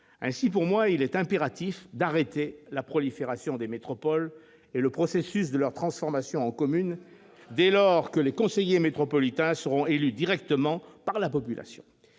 Ainsi, pour moi, il est impératif d'arrêter la prolifération des métropoles et le processus de leur transformation en communes dès lors que les conseillers métropolitains seront élus directement par la population.